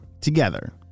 together